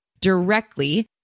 directly